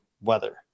weather